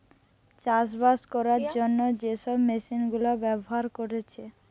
চাষবাস কোরার জন্যে যে সব মেশিন গুলা ব্যাভার কোরছে